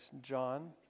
John